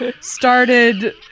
started